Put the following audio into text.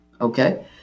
okay